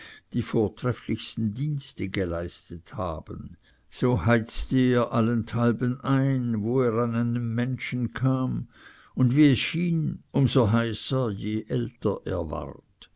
die vortrefflichsten dienste geleistet haben so heizte er allenthalben ein wo er an einen menschen kam und wie es schien um so heißer je älter er ward